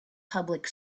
public